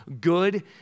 good